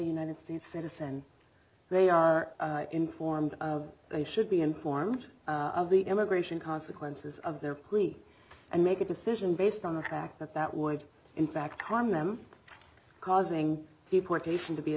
united states citizen they are informed they should be informed of the immigration consequences of their plea and make a decision based on the fact that that would in fact harm them causing deportation to be a